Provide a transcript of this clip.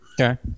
Okay